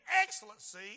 excellency